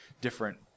different